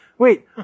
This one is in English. Wait